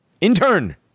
intern